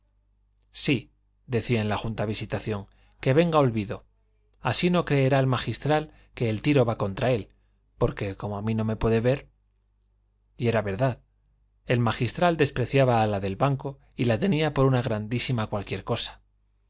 palacio sí decía en la junta visitación que venga olvido así no creerá el magistral que el tiro va contra él porque como a mí no me puede ver y era verdad el magistral despreciaba a la del banco y la tenía por una grandísima cualquier cosa